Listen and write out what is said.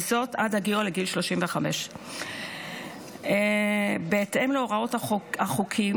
וזאת עד הגיעו לגיל 35. בהתאם להוראות החוקים,